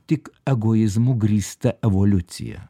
tik egoizmu grįsta evoliucija